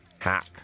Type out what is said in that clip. hack